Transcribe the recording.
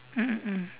mm mm mm